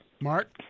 Mark